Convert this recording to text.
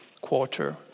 quarter